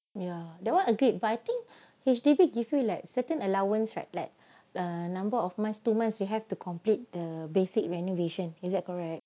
ya that one agree but I think H_D_B give you like certain allowance right like a number of you have to complete the basic renovation is that correct